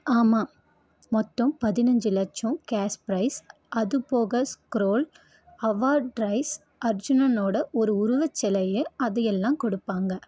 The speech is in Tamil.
ஆமாம் மொத்தம் பதினஞ்சு லட்சம் கேஷ் ப்ரைஸ் அது போக ஸ்க்ரோல் அவார்ட் ரைஸ் அர்ஜுனனோடய ஒரு உருவச்செலை அது எல்லாம் கொடுப்பாங்க